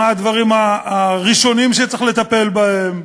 מה הדברים הראשונים שצריך לטפל בהם.